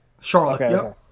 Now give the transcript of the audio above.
Charlotte